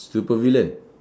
supervillain